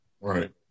right